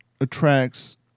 attracts